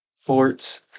forts